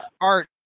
Art